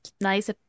nice